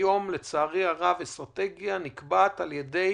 היום, לצערי הרב, אסטרטגיה נקבעת על ידי